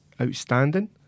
outstanding